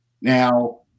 Now